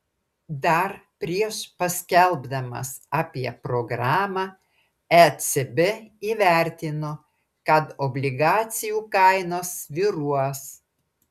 dar prieš paskelbdamas apie programą ecb įvertino kad obligacijų kainos svyruos